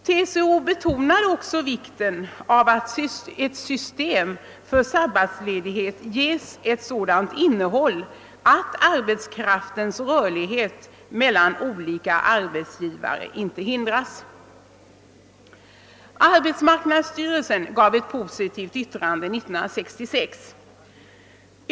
TCO betonade också vikten av att ett system för sabbatsledighet ges ett sådant innehåll att arbetskraftens rörlighet mellan olika arbetsgivare inte hindras. Arbetsmarknadsstyrelsen avgav ett positivt yttrande 1966.